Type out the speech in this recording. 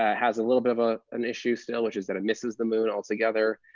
ah has a little bit of ah an issue still, which is that it misses the moon altogether.